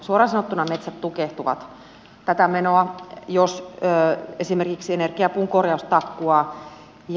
suoraan sanottuna metsät tukehtuvat tätä menoa jos esimerkiksi energiapuun korjaus takkuaa